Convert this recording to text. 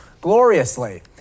gloriously